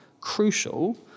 crucial